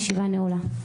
הישיבה נעולה.)